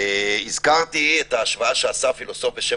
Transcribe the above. הזכרתי את ההשוואה שעשה פילוסוף בשם